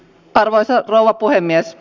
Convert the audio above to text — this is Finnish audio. arvoisa rouva puhemies